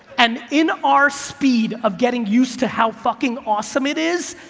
and in our speed of getting used to how fucking awesome it is,